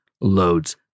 loads